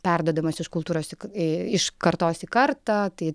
perduodamas iš kultūros iš kartos į kartą tai